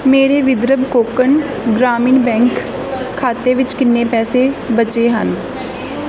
ਮੇਰੇ ਵਿਦਰਭ ਕੋਂਕਣ ਗ੍ਰਾਮੀਣ ਬੈਂਕ ਖਾਤੇ ਵਿੱਚ ਕਿੰਨੇ ਪੈਸੇ ਬਚੇ ਹਨ